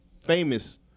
famous